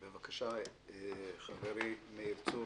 בבקשה, חברי מאיר צור.